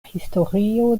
historio